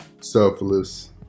selfless